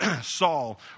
Saul